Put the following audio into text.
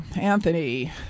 Anthony